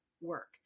work